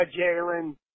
Jalen